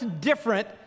different